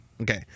okay